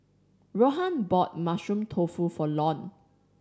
Rohan bought Mushroom Tofu for Lon